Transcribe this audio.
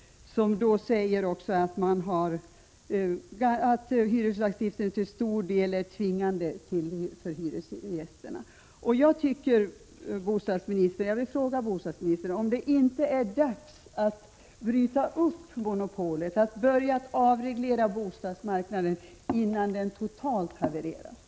Där sägs det att hyreslagstiftningen till stor del är tvingande för hyresgästerna. Jag vill därför fråga bostadsministern om det inte är dags att bryta monopolet, att börja avreglera bostadsmarknaden innan den totalt havererar.